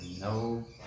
no